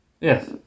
Yes